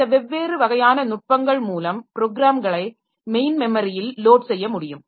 இந்த வெவ்வேறு வகையான நுட்பங்கள் மூலம் ப்ரோக்ராம்களை மெயின் மெமரியில் லோட் செய்ய முடியும்